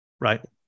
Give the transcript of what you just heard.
right